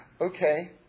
Okay